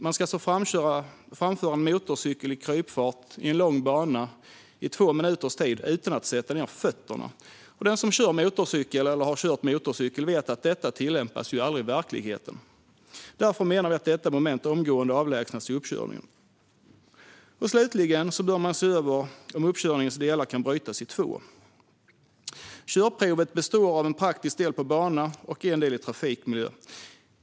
Man ska framföra en motorcykel i krypfart längs en lång bana i två minuters tid utan att sätta ned fötterna. Den som har kört motorcykel vet att detta aldrig tillämpas i verkligheten. Därför menar vi att detta moment i uppkörningen omgående bör avlägsnas. Slutligen bör man se över om uppkörningens delar kan brytas i två. Körprovet består av en praktisk del på bana och en del i trafikmiljö.